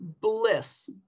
bliss